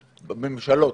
בממשלות.